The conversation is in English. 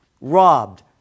robbed